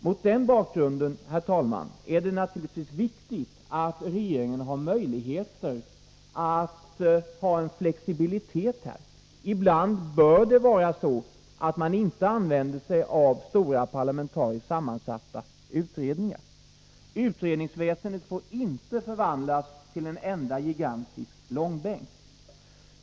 Mot den bakgrunden, herr talman, är det naturligtvis viktigt att regeringen har möjligheter att ha en flexibilitet. Ibland bör man inte använder sig av stora parlamentariskt sammansatta utredningar. Utredningsväsendet får inte förvandlas till en enda gigantisk långbänk.